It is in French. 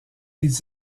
ils